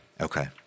Okay